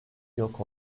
yok